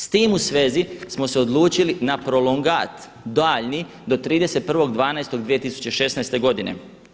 S tim u svezi smo se odlučili na prolongat daljnji do 31.12.2016. godine.